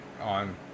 on